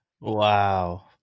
Wow